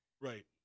right